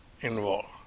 involved